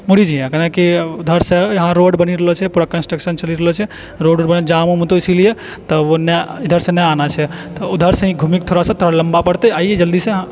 मुड़ि जहिएन्ह काहे लियऽ कि उधर सऽ यहाँ रोड बनि रहल छै ओहि पर कंस्ट्रक्शन चलि रहल छै रोड जाम वाम हेतौ इसिलिये तऽ नहि इधर सऽ नहि आना छै तऽ उधर सँ हि घुमि कऽ थोड़ा सऽ लम्बा पड़तै अइयै जल्दी सऽ